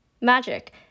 magic